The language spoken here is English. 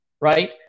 right